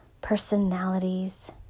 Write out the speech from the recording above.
personalities